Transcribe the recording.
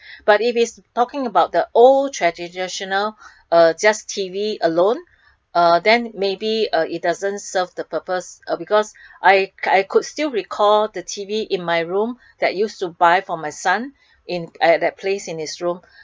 but if is talking about the old traditional uh just T_V alone uh then maybe uh it doesn't serve the purpose uh because I I could still recall the T_V in my room that used to buy for my son in like place in his room